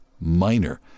minor